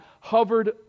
hovered